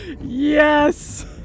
Yes